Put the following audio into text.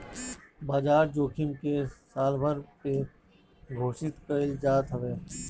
बाजार जोखिम के सालभर पे घोषित कईल जात हवे